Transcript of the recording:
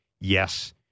Yes